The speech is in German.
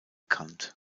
kant